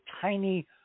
tiny